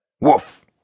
WOOF